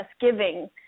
giving